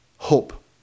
Hope